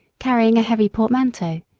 carrying a heavy portmanteau,